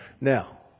Now